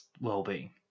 well-being